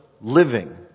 living